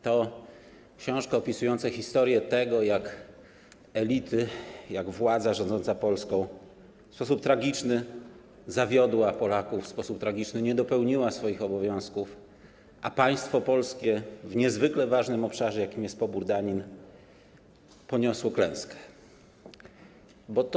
To książka opisująca historię tego, jak elity, jak władza rządząca Polską w sposób tragiczny zawiodła Polaków, w sposób tragiczny nie dopełniła swoich obowiązków, a państwo polskie w niezwykle ważnym obszarze, jakim jest pobór danin, poniosło klęskę.